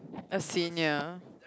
a senior